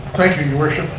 thank you, your worship.